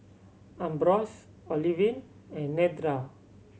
Ambrose Olivine and Nedra